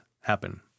happen